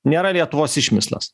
nėra lietuvos išmislas